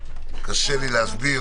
למה לא להתייחס לבקשה ולהיות ציני?